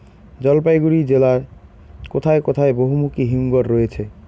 জলপাইগুড়ি জেলায় কোথায় বহুমুখী হিমঘর রয়েছে?